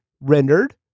rendered